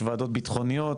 יש ועדות ביטחוניות,